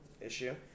issue